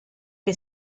che